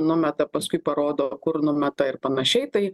numeta paskui parodo kur numeta ir panašiai tai